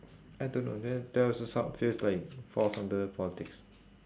I don't know the~ there also sub~ feels like falls under politics